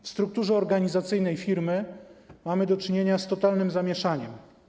W strukturze organizacyjnej firmy mamy do czynienia z totalnym zamieszaniem.